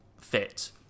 fit